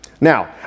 Now